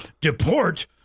deport